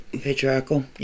patriarchal